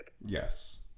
Yes